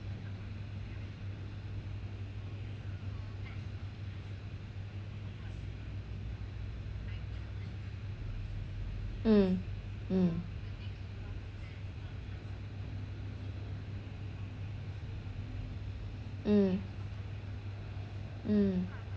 mm mm mm mm